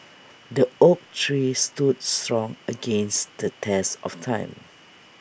the oak tree stood strong against the test of time